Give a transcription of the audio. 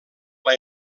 ple